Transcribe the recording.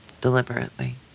deliberately